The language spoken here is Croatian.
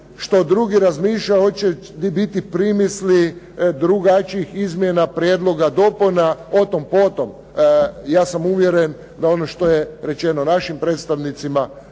što drugi razmišlja hoće li biti primisli, drugačijih izmjena, prijedloga, dopuna, o tom potom. Ja sam uvjeren da ono što je rečeno našim predstavnicima